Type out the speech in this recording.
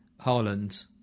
Haaland